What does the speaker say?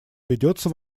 ведется